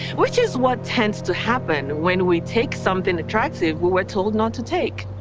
which is what tends to happen when we take something attractive, we were told not to take.